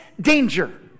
danger